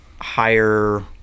higher